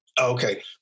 Okay